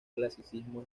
clasicismo